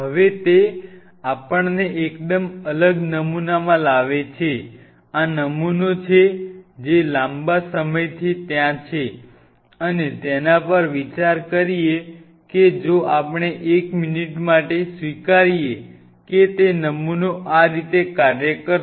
હવે તે આપણને એકદમ અલગ નમૂનામાં લાવે છે આ નમુનો છે જે લાંબા સમયથી ત્યાં છે અને તેના પર વિચાર કરીએ કે જો આપણે એક મિનિટ માટે સ્વીકારીએ કે તે નમૂનો આ રીતે કાર્ય કરે છે